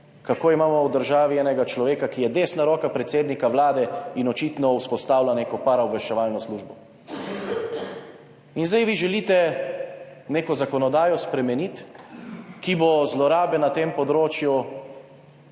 kako imamo v državi enega človeka, ki je desna roka predsednika Vlade in očitno vzpostavlja neko paraobveščevalno službo. In zdaj vi želite spremeniti neko zakonodajo, ki bo naredila zlorabe na tem področju